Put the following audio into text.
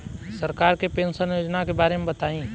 सरकार के पेंशन योजना के बारे में बताईं?